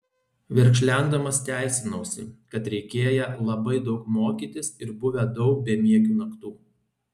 verkšlendamas teisinausi kad reikėję labai daug mokytis ir buvę daug bemiegių naktų